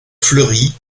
fleurie